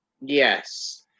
Yes